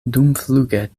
dumfluge